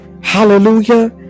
Hallelujah